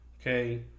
okay